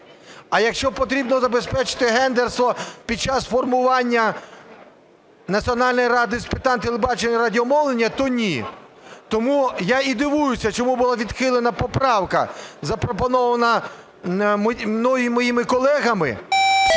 а якщо потрібно забезпечити гендерство під час формування Національної ради з питань телебачення і радіомовлення, то ні. Тому я і дивуюся, чому була відхилена поправка, запропонована мною і моїми колегами,